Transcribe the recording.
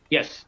Yes